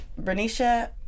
Bernicia